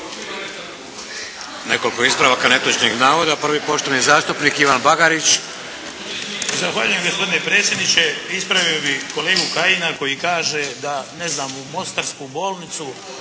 Nekoliko ispravaka netočnih navoda prvi poštovani zastupnik Ivan Bagarić. **Bagarić, Ivan (HDZ)** Zahvaljujem gospodine predsjedniče, ispravio bih kolegu Kajina koji kaže da u Mostarsku bolnicu